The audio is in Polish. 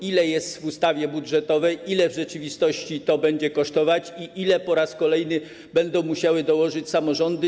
Ile jest w ustawie budżetowej, ile w rzeczywistości to będzie kosztować i ile po raz kolejny będą musiały dołożyć samorządy?